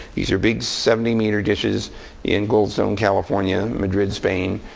these are big seventy meter dishes in goldstone, california, madrid, spain,